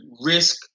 risk